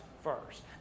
first